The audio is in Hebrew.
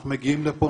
אנחנו מגיעים לפה,